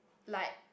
like